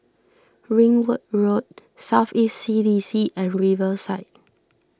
Ringwood Road South East C D C and Riverside